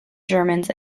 germans